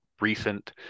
recent